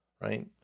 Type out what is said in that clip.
right